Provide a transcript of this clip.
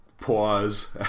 pause